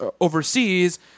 overseas